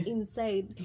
Inside